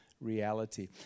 reality